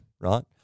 right